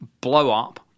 blow-up